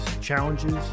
challenges